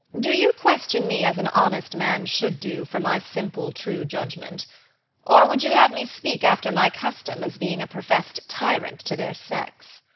do you question me, as an honest man should do, for my simple true judgment or would you have me speak after my custom, as being a professed tyrant to their sex?